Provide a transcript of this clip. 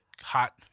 hot